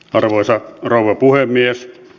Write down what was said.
arvoisa rouva puhemies